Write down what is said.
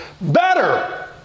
Better